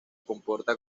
comporta